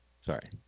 sorry